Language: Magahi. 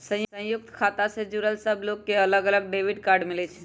संयुक्त खाता से जुड़ल सब लोग के अलग अलग डेबिट कार्ड मिलई छई